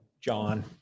John